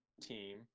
team